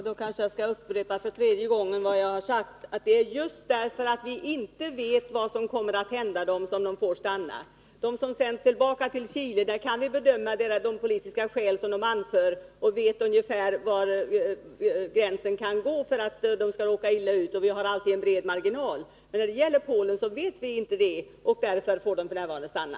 Herr talman! Då kanske jag för tredje gången skall upprepa vad jag har sagt: Det är just därför att vi inte vet vad som kommer att hända polackerna som de får stanna. Beträffande dem som sänds tillbaka till Chile kan vi bedöma de politiska skäl som de anför, och vi vet ungefär var gränsen kan gå för att de skall råka illa ut, och vi har alltid breda marginaler. Men när det gäller Polen har vi inte den kunskapen, och därför får polackerna f.n. stanna.